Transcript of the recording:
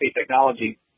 Technology